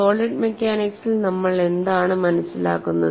solid മെക്കാനിക്സിൽ നമ്മൾ എന്താണ് മനസ്സിലാക്കുന്നത്